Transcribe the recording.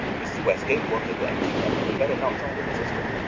mrs. westgate won't neglect you, and you had better not try to resist her.